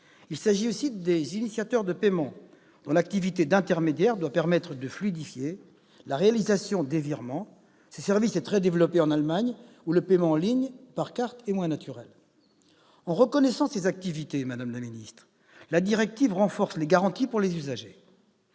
Il s'agit aussi des initiateurs de paiement, dont l'activité d'intermédiaire doit permettre de fluidifier la réalisation des virements. Ce service est très développé en Allemagne, où le paiement en ligne par carte est moins naturel. En reconnaissant ces activités, madame la secrétaire d'État, la directive renforce les garanties pour les usagers